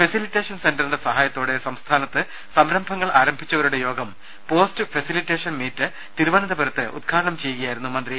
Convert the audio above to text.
facilitation സെന്ററിന്റെ സഹായത്തോടെ സംസ്ഥാനത്ത് സംരംഭങ്ങൾ ആരംഭിച്ചവരുടെ യോഗം പോസ്റ്റ് ഫെസിലിറ്റേഷൻ മീറ്റ് തിരുവനന്തപുരത്ത് ഉദ്ഘാ ടനം ചെയ്യുകയായിരുന്നു അദ്ദേഹം